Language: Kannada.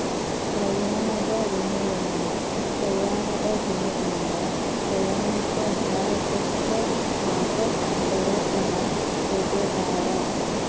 ಪ್ರಯಾಣದ ವಿಮೆಯನ್ನ ಪ್ರಯಾಣದ ದಿನದಿಂದ ಪ್ರಯಾಣಿಕ ಭಾರತಕ್ಕ ವಾಪಸ್ ಬರತನ ತೊಗೋತಾರ